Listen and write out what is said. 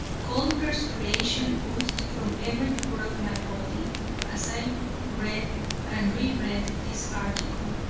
cold perspiration oozed from every pore of my body as i read and re-read this article,